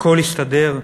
הכול הסתדר,